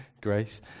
Grace